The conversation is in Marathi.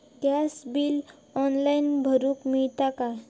गॅस बिल ऑनलाइन भरुक मिळता काय?